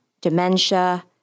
dementia